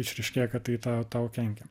išryškėja kad tai ta tau kenkia